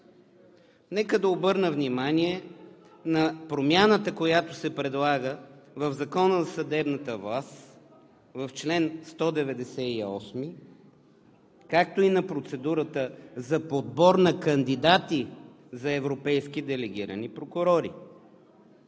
Нека да обърна внимание на промяната, която се предлага в Закона за съдебната власт в чл. 198, както и на процедурата за подбор на кандидати за европейски делегирани прокурори.